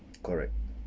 correct